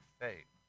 faith